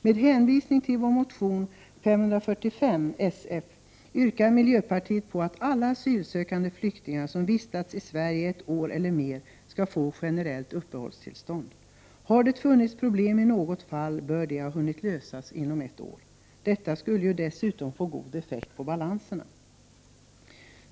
Med hänvisning till vår motion Sf545 yrkar vi i miljöpartiet att alla asylsökande flyktingar som vistats i Sverige ett år eller mer skall få generellt uppehållstillstånd. Har det funnits ett problem i något fall, borde man ha hunnit lösa detta inom ett år. Det skulle ju dessutom få god effekt på 39 balanserna.